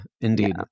indeed